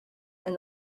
and